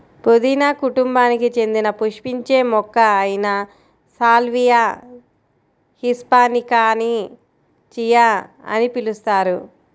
పుదీనా కుటుంబానికి చెందిన పుష్పించే మొక్క అయిన సాల్వియా హిస్పానికాని చియా అని పిలుస్తారు